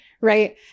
right